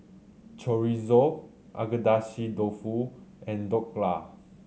Chorizo Agedashi Dofu and Dhokla